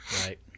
Right